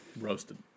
Roasted